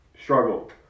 struggle